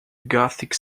gothic